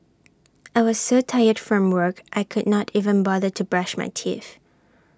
I was so tired from work I could not even bother to brush my teeth